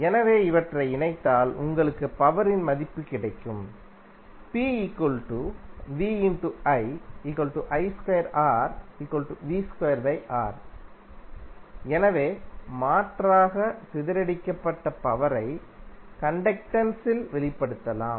எனவே இவற்றை இணைத்தால் உங்களுக்கு பவரின் மதிப்பு கிடைக்கும் எனவே மாற்றாக சிதறடிக்கப்பட்ட பவரை கண்டக்டென்ஸ் இல் வெளிப்படுத்தலாம்